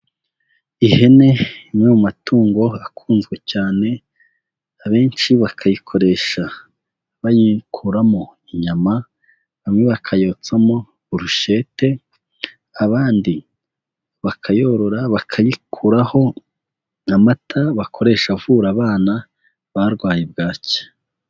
Ihene imwe mu matungo akunzwe cyane, abenshi bakayikoresha bayikuramo inyama, bamwe bakayotsamo burushete, abandi bakayorora bakayikuraho amata bakoresha avura abana barwaye bwaki.